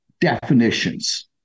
definitions